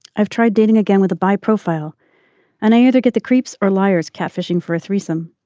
i've tried dating again with a bi profile and i had to get the creeps or liars cat fishing for a threesome.